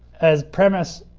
as premise